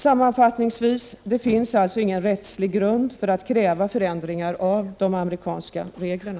Sammanfattningsvis: Det finns ingen rättslig grund för att kräva förändringar av de amerikanska reglerna.